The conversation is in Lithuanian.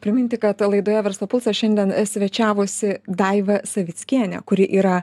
priminti kad laidoje verslo pulsas šiandien svečiavosi daiva savickienė kuri yra